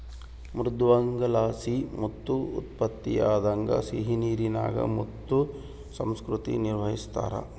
ಮೃದ್ವಂಗಿಲಾಸಿ ಮುತ್ತು ಉತ್ಪತ್ತಿಯಾಗ್ತದ ಸಿಹಿನೀರಿನಾಗ ಮುತ್ತು ಸಂಸ್ಕೃತಿ ನಿರ್ವಹಿಸ್ತಾರ